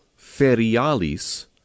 ferialis